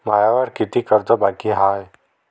मायावर कितीक कर्ज बाकी हाय?